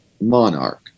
monarch